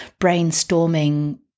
brainstorming